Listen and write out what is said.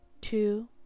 two